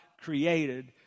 created